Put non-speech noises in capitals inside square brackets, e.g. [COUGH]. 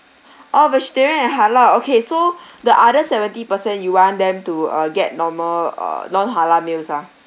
oh vegetarian and halal okay so [BREATH] the other seventy percent you want them to uh get normal uh non halal meals ah